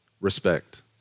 respect